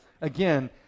again